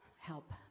help